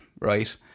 right